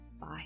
Bye